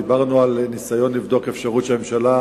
דיברנו על ניסיון לבדוק את האפשרות שהממשלה,